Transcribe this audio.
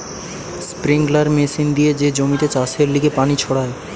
sprinkler machine দিয়ে যে জমিতে চাষের লিগে পানি ছড়ায়